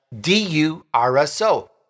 D-U-R-S-O